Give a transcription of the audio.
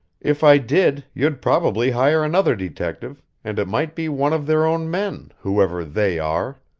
if i did, you'd probably hire another detective, and it might be one of their own men whoever they are.